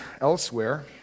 elsewhere